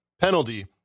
Penalty